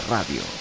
Radio